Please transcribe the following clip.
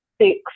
six